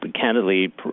candidly